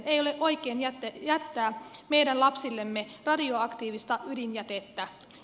ei ole oikein jättää meidän lapsillemme radioaktiivista ydinjätettä